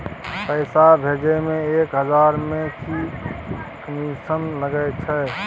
पैसा भैजे मे एक हजार मे की कमिसन लगे अएछ?